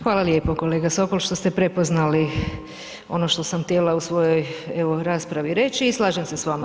Hvala lijepo kolega Sokol što ste prepoznali ono što sam htjela u svojoj raspravi reći i slažem se s vama.